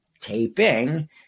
taping